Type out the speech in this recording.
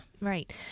right